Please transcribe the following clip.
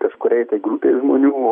kažkuriai tai grupei žmonių o